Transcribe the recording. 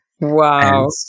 Wow